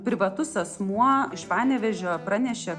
privatus asmuo iš panevėžio pranešė